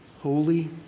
holy